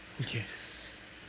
yes